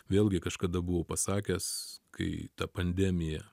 vėlgi kažkada buvau pasakęs kai ta pandemija